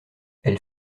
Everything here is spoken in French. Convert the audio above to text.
elle